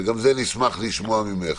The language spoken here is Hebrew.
וגם על זה נשמח לשמוע ממך.